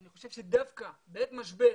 אני חושב שדווקא בעת משבר,